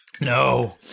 No